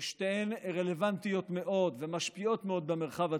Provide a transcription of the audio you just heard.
שתיהן רלוונטיות מאוד ומשפיעות מאוד במרחב הציבורי.